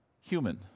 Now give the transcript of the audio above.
human